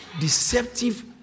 deceptive